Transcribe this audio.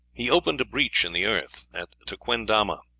he opened a breach in the earth at tequendama,